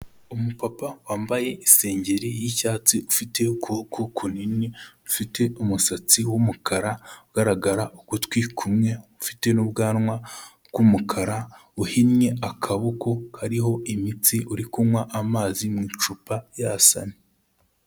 Umupapa wambaye isengeri y'icyatsi ufite ukuboko kunini, ufite umusatsi w'umukara ugaragara ugutwi kumwe, ufite n'ubwanwa bw'umukara, uhinnye akaboko kariho imitsi, uri kunywa amazi mu icupa yasamye.